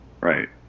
Right